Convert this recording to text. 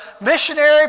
missionary